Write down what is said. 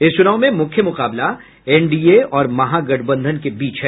इस चुनाव में मुख्य मुकाबला एनडीए और महागठबंधन के बीच है